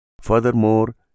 Furthermore